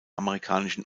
amerikanischen